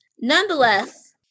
nonetheless